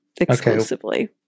exclusively